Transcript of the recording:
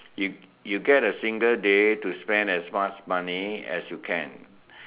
you you get a single day to spend as much money as you can